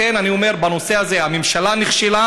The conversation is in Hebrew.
לכן אני אומר שבנושא הזה הממשלה נכשלה,